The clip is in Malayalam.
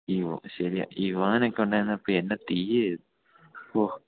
യ്യോ ശരിയാണ് ഇവാനൊക്കെ ഉണ്ടായിരുന്നപ്പോള് എന്ത് തീയായിരുന്നു ഓ